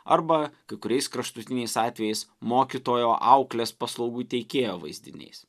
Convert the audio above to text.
arba kai kuriais kraštutiniais atvejais mokytojo auklės paslaugų teikėjo vaizdiniais